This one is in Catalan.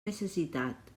necessitat